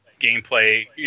gameplay